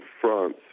France